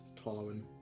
following